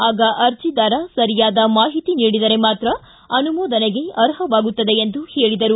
ಆಗ ಆರ್ಜಿದಾರ ಸರಿಯಾದ ಮಾಹಿತಿ ನೀಡಿದರೆ ಮಾತ್ರ ಅನುಮೋದನೆಗೆ ಆರ್ಹವಾಗುತ್ತದೆ ಎಂದರು